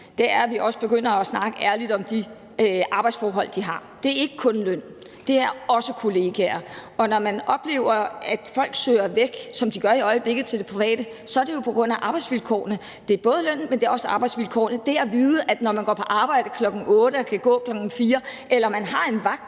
også er, at vi begynder at snakke ærligt om de arbejdsforhold, de har. Det er ikke kun løn, det er også kollegaer, og når man oplever, at folk søger væk, som de gør i øjeblikket, og over til det private, så er det jo på grund af arbejdsvilkårene. Så det er både lønnen, men det er også arbejdsvilkårene, altså det at vide, at man går på arbejde kl. 8.00 og kan gå kl. 16.00, at man har en vagt,